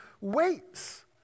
waits